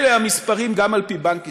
אלה המספרים, לא רק על-פי משרד האוצר,